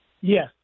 Yes